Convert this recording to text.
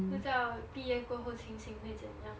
不知道毕业过后心情会怎么样